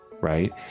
right